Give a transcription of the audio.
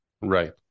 Right